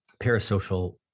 parasocial